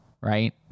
right